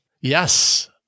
Yes